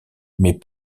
mais